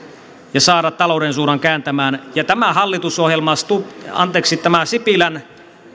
ja saada talouden suunnan kääntymään ja tämä hallitusohjelma tämä sipilän voi